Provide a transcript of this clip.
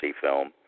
film